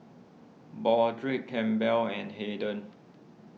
Broderick Campbell and Hayden